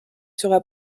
sera